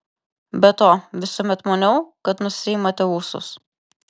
be to visuomet maniau kad nusiimate ūsus